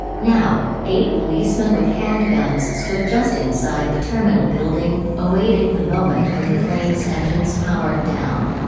now, eight policemen with handguns stood just inside the terminal building, awaiting the moment when the plane's engines powered down.